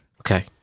Okay